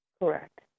Correct